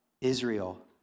Israel